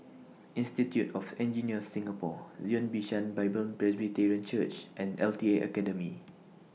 Institute of Engineers Singapore Zion Bishan Bible Presbyterian Church and L T A Academy